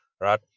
right